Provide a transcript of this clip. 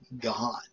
God